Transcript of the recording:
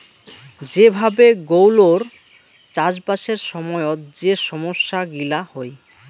যে ভাবে গৌলৌর চাষবাসের সময়ত যে সমস্যা গিলা হই